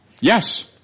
Yes